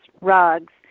rugs